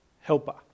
helper